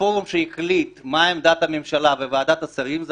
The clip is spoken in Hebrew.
הפורום שהחליט מה עמדת הממשלה בוועדת השרים זה